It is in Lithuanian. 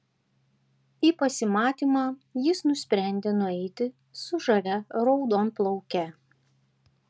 į pasimatymą jis nusprendė nueiti su žavia raudonplauke